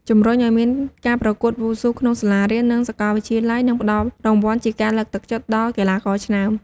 ជំរុញឲ្យមានការប្រកួតវ៉ូស៊ូក្នុងសាលារៀន និងសាកលវិទ្យាល័យនឹងផ្ដល់រង្វាន់ជាការលើកទឹកចិត្តដល់កីឡាករឆ្នើម។